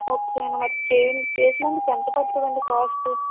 okay అండి మరి చేయండీ చేసినందుకు ఎంత పడతదండి కాస్టు